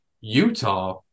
Utah